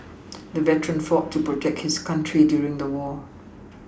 the veteran fought to protect his country during the war